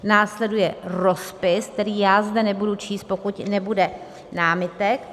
Následuje rozpis, který já zde nebudu číst, pokud nebude námitek.